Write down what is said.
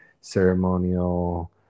ceremonial